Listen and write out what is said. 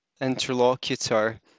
interlocutor